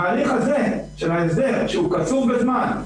ההליך הזה של ההסדר שהוא קצוב בזמן,